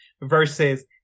versus